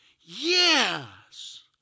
Yes